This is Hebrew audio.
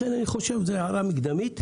זו הערה מקדמית.